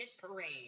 parade